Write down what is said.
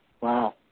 Wow